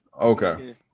Okay